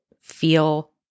feel